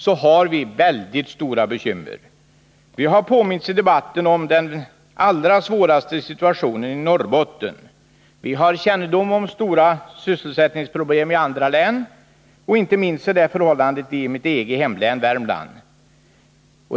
Vi har i debatten påmints om den del av landet, Norrbotten, som har den allra svåraste situationen. Vi har kännedom om stora sysselsättningsproblem i andra län, inte minst i mitt eget hemlän Värmland.